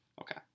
Okay